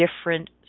different